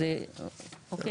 אוקיי.